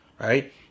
right